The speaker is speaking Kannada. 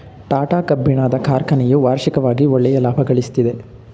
ಟಾಟಾ ಕಬ್ಬಿಣದ ಕಾರ್ಖನೆಯು ವಾರ್ಷಿಕವಾಗಿ ಒಳ್ಳೆಯ ಲಾಭಗಳಿಸ್ತಿದೆ